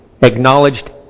acknowledged